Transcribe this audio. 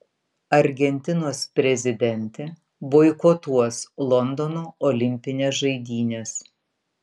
argentinos prezidentė boikotuos londono olimpines žaidynes